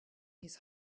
his